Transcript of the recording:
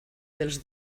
dels